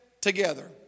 together